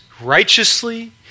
righteously